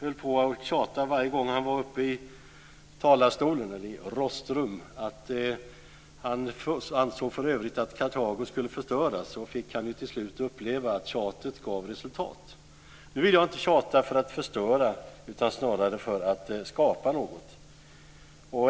tjatade varje gång han var uppe i talarstolen, Rostra, om att han för övrigt ansåg att Kartago skulle förstöras, och han fick till slut uppleva att tjatet gav resultat. Nu vill jag inte tjata för att förstöra utan snarare för att skapa något.